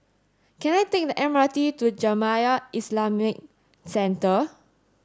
can I take the M R T to Jamiyah Islamic Centre